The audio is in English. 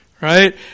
Right